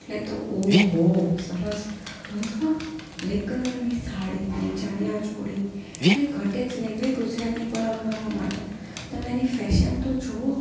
એટલે તો ઓહો સરસ ગર્લ્સમાં પણ બ્લેક કલરની સાડી ચણિયાચોળી કાંઈ ઘટે જ નહીં ભાઈ ગુજરાતની પરંપરા માટે તમે એની ફેશન તો જુઓ